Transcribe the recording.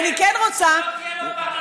כי היא ידעה שלא תהיה לה פרנסה.